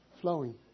Flowing